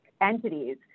entities